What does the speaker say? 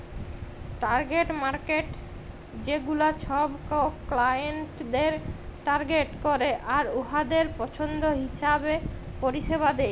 target markets ছেগুলা ছব ক্লায়েন্টদের টার্গেট ক্যরে আর উয়াদের পছল্দ হিঁছাবে পরিছেবা দেয়